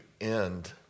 end